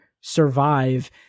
survive